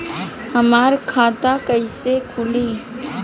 हमार खाता कईसे खुली?